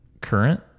current